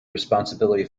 responsibility